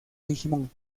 digimon